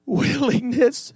willingness